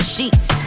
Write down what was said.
Sheets